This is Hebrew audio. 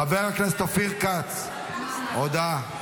חבר הכנסת אופיר כץ, הודעה.